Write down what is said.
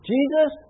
Jesus